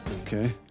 Okay